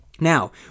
Now